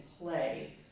play